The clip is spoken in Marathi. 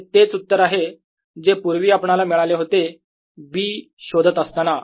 हे तेच उत्तर आहे जे पूर्वी आपणाला मिळाले होते B शोधत असताना